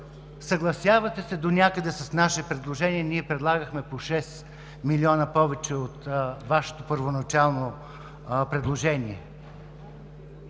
съгласявате с нашето предложение. Ние предлагаме шест милиона повече от Вашето първоначално предложение.